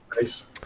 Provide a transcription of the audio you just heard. Nice